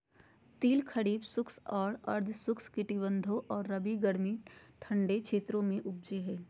तिल खरीफ शुष्क और अर्ध शुष्क कटिबंधों में और रबी गर्मी ठंडे क्षेत्रों में उपजै हइ